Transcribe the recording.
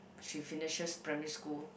she finishes primary school